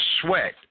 sweat